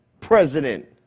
president